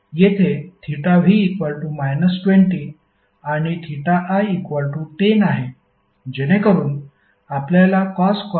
येथे v 20 आणि i10 आहे जेणेकरून आपल्याला cos 300